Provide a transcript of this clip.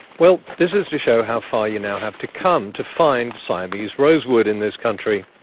well, this is to show how far you now have to come to find siamese rosewood in this country.